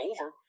over